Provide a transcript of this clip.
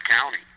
county